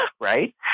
right